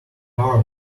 car